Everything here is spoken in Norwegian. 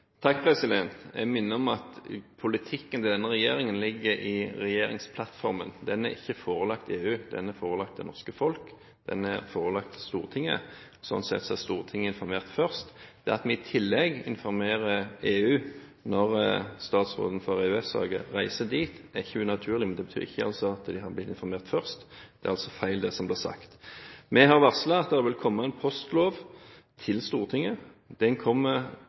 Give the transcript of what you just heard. Jeg minner om at politikken denne regjeringen legger i regjeringsplattformen, ikke er forelagt EU. Den er forelagt det norske folk, den er forelagt Stortinget. Slik sett er Stortinget informert først. Det at vi i tillegg informerer EU når statsråden for EØS-saker reiser dit, er ikke unaturlig, men det betyr ikke at de har blitt informert først. Det er altså feil det som blir sagt. Vi har varslet at det vil komme en postlov til Stortinget. Den